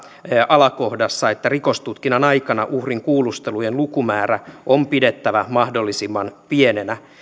alakohdassa että rikostutkinnan aikana uhrin kuulustelujen lukumäärä on pidettävä mahdollisimman pienenä